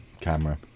camera